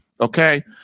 Okay